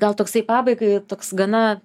gal toksai pabaigai toks gana